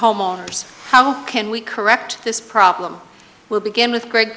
homeowners how can we correct this problem will begin with gre